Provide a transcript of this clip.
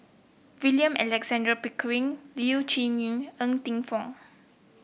William Alexander Pickering Leu Yew Chye Ng Teng Fong